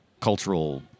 cultural